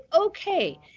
okay